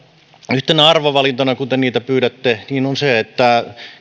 yhtenä arvovalintana kun te niitä pyydätte on se että